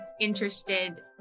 interested